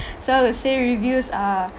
so I would say reviews are